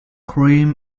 cream